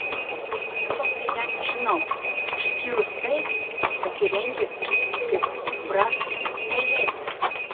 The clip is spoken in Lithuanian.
aš nieko apie ją nežinau išskyrus tai kad ji rengiasi kaip brac lėlė